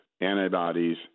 antibodies